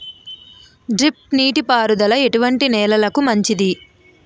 Drip నీటి పారుదల ఎటువంటి నెలలకు మంచిది?